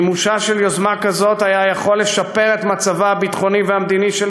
מימושה של יוזמה כזאת היה יכול לשפר את מצבה הביטחוני והמדיני של